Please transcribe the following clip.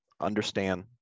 understand